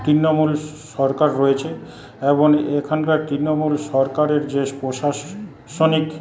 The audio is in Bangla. তৃণমূল সরকার রয়েছে এবং এখানকার তৃণমূল সরকারের যে প্রশাসনিক